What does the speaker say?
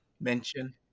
mention